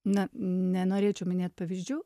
na nenorėčiau minėt pavyzdžių